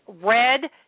red